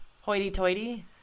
Hoity-toity